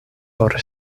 por